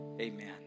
amen